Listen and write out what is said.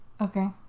Okay